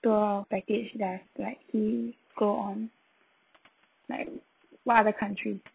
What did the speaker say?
tour package that like he go on like what other country